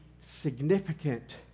significant